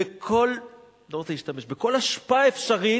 בכל, אני לא רוצה להשתמש, בכל אשפה אפשרית,